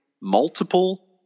multiple